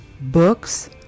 Books